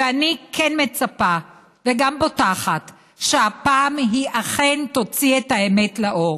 ואני כן מצפה וגם בוטחת שהפעם היא אכן תוציא את האמת לאור.